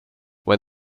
when